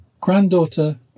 Granddaughter